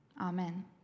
Amen